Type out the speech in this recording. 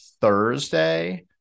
thursday